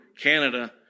Canada